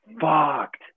Fucked